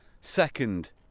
second